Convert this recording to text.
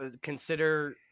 consider